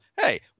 hey